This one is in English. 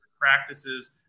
practices